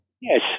Yes